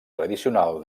tradicional